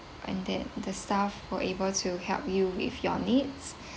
and that the staff were able to help you with your needs